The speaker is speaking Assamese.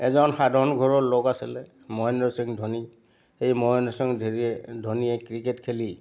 এজন সাধাৰণ ঘৰৰ লোক আছিলে মহেন্দ্ৰ সিং ধোনী সেই মহেন্দ্ৰ সিং ধোনীয়ে ক্ৰিকেট খেলি